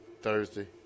Thursday